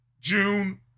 June